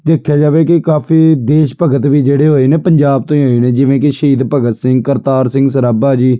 ਦੇਖਿਆ ਜਾਵੇ ਕਿ ਕਾਫੀ ਦੇਸ਼ ਭਗਤ ਵੀ ਜਿਹੜੇ ਹੋਏ ਨੇ ਪੰਜਾਬ ਤੋਂ ਹੀ ਹੋਏ ਨੇ ਜਿਵੇਂ ਕਿ ਸ਼ਹੀਦ ਭਗਤ ਸਿੰਘ ਕਰਤਾਰ ਸਿੰਘ ਸਰਾਭਾ ਜੀ